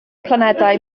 planedau